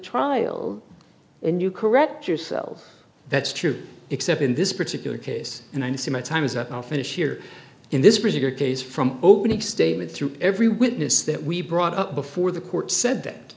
trial and you correct yourself that's true except in this particular case and i see my time is up often is here in this particular case from opening statement through every witness that we brought up before the court said that